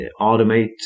automate